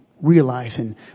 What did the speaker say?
realizing